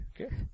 Okay